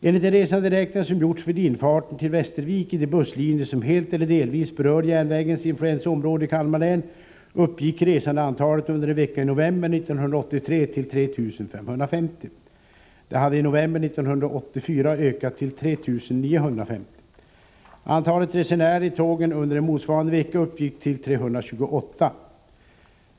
Enligt de resanderäkningar som gjorts vid infarten till Västervik på de busslinjer som helt eller delvis berör järnvägens influensområde i Kalmar län uppgick resandeantalet under en vecka i november 1983 till 3 550. Det hade i november 1984 ökat till 3 950. Antalet resenärer i tågen under en motsvarande vecka uppgick till 328.